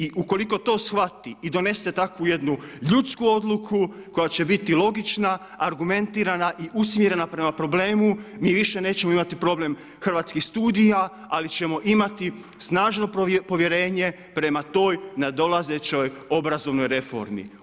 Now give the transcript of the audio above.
I ukoliko to shvati i donese takvu jednu ljudsku odluku koja će biti logična, argumentirana i usmjerena prema problemu mi više nećemo imati problem Hrvatskih studija, ali ćemo imati snažno povjerenje prema toj nadolazećoj obrazovnoj reformi.